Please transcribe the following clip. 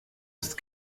ist